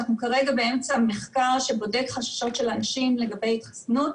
כרגע אנחנו באמצע מחקר שבודק חששות של אנשים לגבי התחסנות,